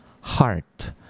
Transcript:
heart